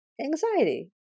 anxiety